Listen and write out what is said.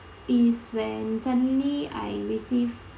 is when suddenly I receive